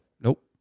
Nope